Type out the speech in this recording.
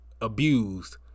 abused